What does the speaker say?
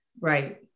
Right